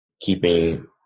keeping